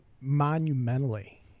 monumentally